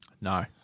No